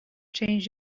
changed